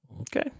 Okay